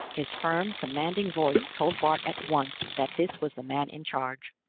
his firm, commanding voice told bart at once that this was the man in charge.